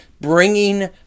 bringing